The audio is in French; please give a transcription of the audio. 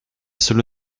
cela